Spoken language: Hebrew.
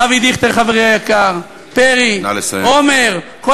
אבי דיכטר, חברי היקר, פרי, עמר, נא לסיים.